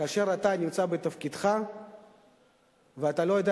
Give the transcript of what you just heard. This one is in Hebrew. כאשר אתה נמצא בתפקידך ואתה לא יודע